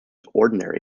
ordinary